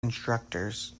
instructors